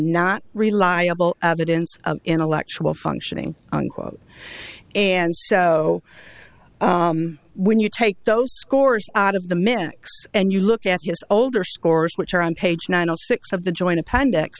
not reliable evidence of intellectual functioning unquote and so when you take those scores out of the mix and you look at us older scores which are on page ninety six of the joint appendix